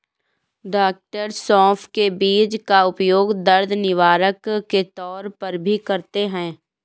डॉ सौफ के बीज का उपयोग दर्द निवारक के तौर पर भी करते हैं